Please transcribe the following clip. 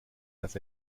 dass